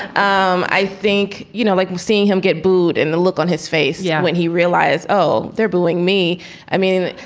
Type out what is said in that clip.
um i think, you know, like we're seeing him get booed and the look on his face. yeah. when he realized, oh, they're booing me i mean,